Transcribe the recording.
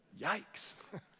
Yikes